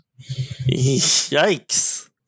Yikes